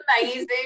amazing